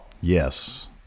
Yes